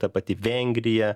ta pati vengrija